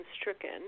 stricken